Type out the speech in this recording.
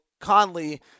Conley